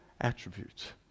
attributes